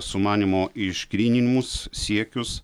sumanymo išgryninimus siekius